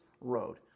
road